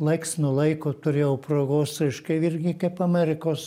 laiks nuo laiko turėjau progos reiškia irgi kaip amerikos